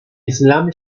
islam